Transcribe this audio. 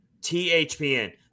THPN